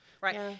right